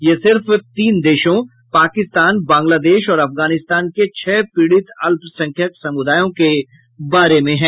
यह सिर्फ तीन देशों पाकिस्तान बंगलादेश और अफगानिस्तान के छह पीड़ित अल्पसंख्यक समुदायों के बारे में है